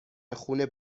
خون